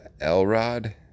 Elrod